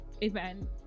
event